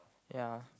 ya